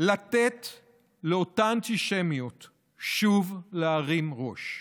לתת לאותה אנטישמיות שוב להרים ראש.